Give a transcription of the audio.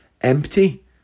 empty